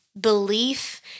belief